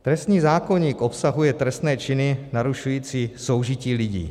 Trestní zákoník obsahuje trestné činy narušující soužití lidí.